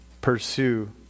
pursue